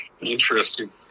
Interesting